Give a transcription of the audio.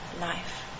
life